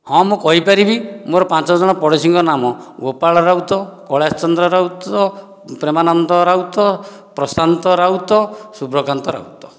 ହଁ ମୁଁ କହିପାରିବି ମୋର ପାଞ୍ଚଜଣ ପଡ଼ୋଶୀଙ୍କ ନାମ ଗୋପାଳ ରାଉତ କୈଳାସ ଚନ୍ଦ୍ର ରାଉତ ପ୍ରେମାନନ୍ଦ ରାଉତ ପ୍ରଶାନ୍ତ ରାଉତ ଶୁଭକାନ୍ତ ରାଉତ